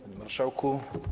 Panie Marszałku!